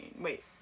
wait